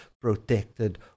protected